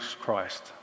Christ